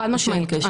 חד משמעית.